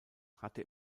hatte